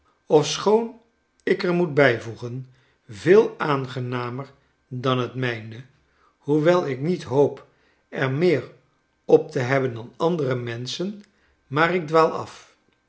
ofschoon ik er moet bijvoegen veel aangenamer dan het mijne hoewel ik niet hoop er meer op te hebben dan andere menschen maar ik dwaal af